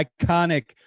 iconic